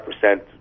percent